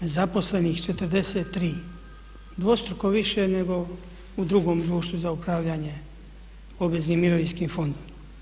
Zaposlenih 43, dvostruko više nego u drugom društvu za upravljanje obveznim mirovinskim fondom.